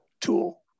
tool